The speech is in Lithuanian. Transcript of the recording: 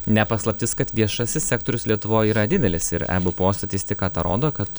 ne paslaptis kad viešasis sektorius lietuvoj yra didelis ir eb po statistika tą rodo kad